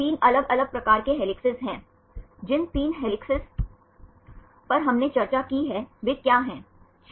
3 अलग अलग प्रकार के हेलिक्स हैं जिन 3 हेलिक्सों पर हमने चर्चा की है वे क्या हैं